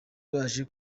baje